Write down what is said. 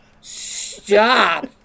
Stop